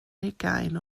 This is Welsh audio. hugain